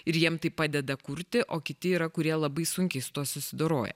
ir jiem tai padeda kurti o kiti yra kurie labai sunkiai su tuo susidoroja